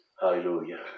Hallelujah